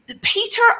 Peter